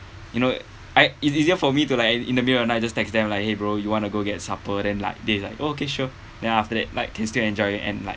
you know I it's easier for me to like in in the middle of the night just text them like !hey! bro you want to go get supper then like they like okay sure then after that like can still enjoy and like